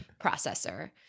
processor